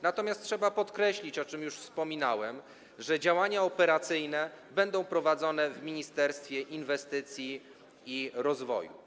Natomiast trzeba podkreślić, o czym już wspominałem, że działania operacyjne będą prowadzone w ministerstwie inwestycji i rozwoju.